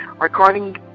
According